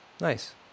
Nice